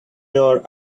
your